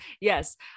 yes